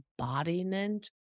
embodiment